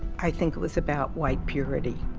i think it was about white purity,